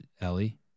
Ellie